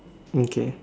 okay